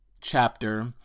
chapter